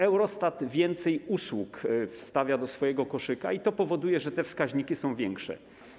Eurostat więcej usług wstawia do swojego koszyka i to powoduje, że te wskaźniki są wyższe.